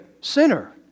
sinner